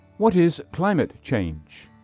what is climate change?